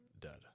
dead